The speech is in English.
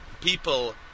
people